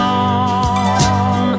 on